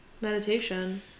Meditation